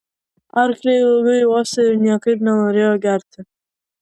arkliai ilgai uostė ir niekaip nenorėjo gerti